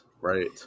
right